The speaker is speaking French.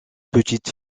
petite